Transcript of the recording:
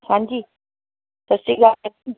ਹਾਂਜੀ ਸਤਿ ਸ਼੍ਰੀ ਅਕਾਲ ਜੀ